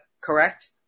correct